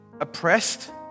oppressed